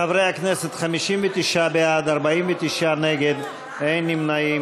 חברי הכנסת, 59 בעד, 49 נגד, אין נמנעים.